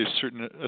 certain